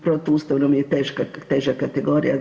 Protu ustavom je teža kategorija.